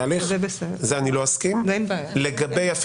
עם זה אין בעיה.